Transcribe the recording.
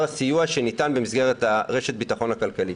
הסיוע שניתן במסגרת רשת הביטחון הכלכלי.